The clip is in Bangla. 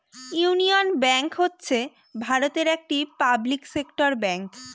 ইউনিয়ন ব্যাঙ্ক হচ্ছে ভারতের একটি পাবলিক সেক্টর ব্যাঙ্ক